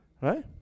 right